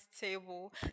table